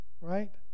right